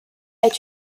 est